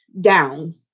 down